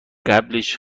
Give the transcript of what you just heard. قبلش